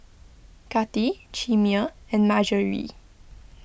Kati Chimere and Margery